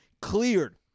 Cleared